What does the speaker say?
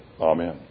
Amen